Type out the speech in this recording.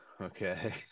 okay